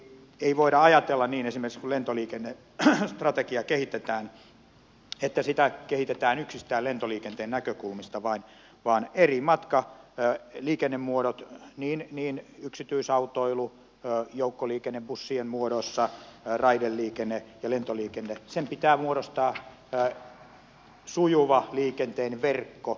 ei voida ajatella niin esimerkiksi kun lentoliikennestrategiaa kehitetään että sitä kehitetään yksistään lentoliikenteen näkökulmasta vaan eri liikennemuotojen yksityisautoilu joukkoliikenne bussien muodossa raideliikenne ja lentoliikenne pitää muodostaa sujuva liikenteen verkko